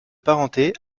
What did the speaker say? parenté